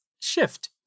Shift